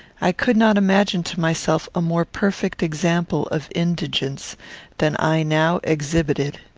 i could not imagine to myself a more perfect example of indigence than i now exhibited.